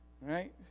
right